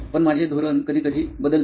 पण माझे धोरण कधीकधी बदलते